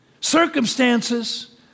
circumstances